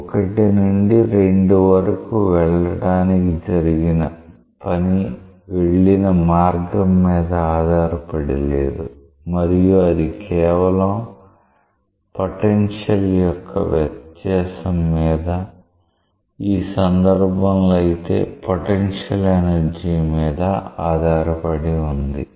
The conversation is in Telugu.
1 నుండి 2 వరకు వెళ్ళడానికి జరిగిన పని వెళ్లిన మార్గం మీద ఆధారపడి లేదు మరియు అది కేవలం పొటెన్షియల్ యొక్క వ్యత్యాసం మీద ఈ సందర్భంలో అయితే పొటెన్షియల్ ఎనర్జీ మీద ఆధారపడి ఉంది